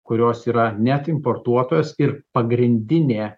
kurios yra net importuotojas ir pagrindinė